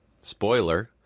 Spoiler